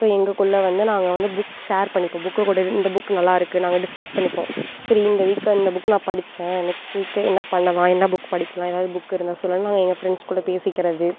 so எங்ககுள்ளே வந்து நாங்கள் வந்து புக் ஷேர் பண்ணிப்போம் புக்கை கொடு இந்த புக் நல்லா இருக்கு நாங்கள் டிஸ்கஸ் பண்ணிப்போம் சரி இந்த வீக் இந்த புக்கை நான் படித்தேன் நெஸ்ட் வீக்கு என்ன பண்ணலாம் என்னா புக் படிக்கலாம் எதாவது புக் இருந்தால் சொல்லுன்னு நாங்கள் எங்கள் ஃப்ரெண்ட்ஸ்குள்ளே பேசுகிறது